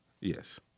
Yes